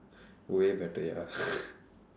way better ya